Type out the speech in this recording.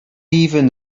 even